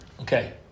Okay